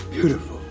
Beautiful